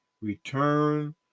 Return